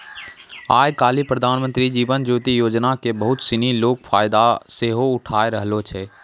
आइ काल्हि प्रधानमन्त्री जीवन ज्योति योजना के बहुते सिनी लोक फायदा सेहो उठाय रहलो छै